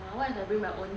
what if I bring my own